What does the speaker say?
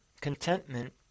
contentment